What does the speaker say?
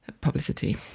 publicity